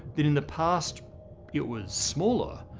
then in the past it was smaller.